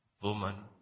woman